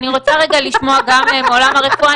אני רוצה רגע לשמוע גם מעולם הרפואה,